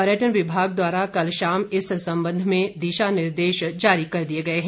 पर्यटन विभाग द्वारा कल शाम इस संबंध में दिशा निर्देशों जारी किए हैं